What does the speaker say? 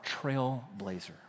trailblazer